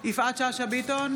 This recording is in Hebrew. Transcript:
יפעת שאשא ביטון,